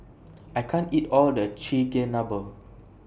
I can't eat All of This Chigenabe